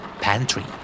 Pantry